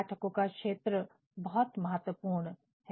पाठकों का क्षेत्र बहुत महत्वपूर्ण है